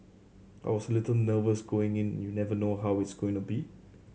I was a little nervous going in you never know how it's going to be